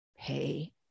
pay